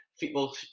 football